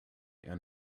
and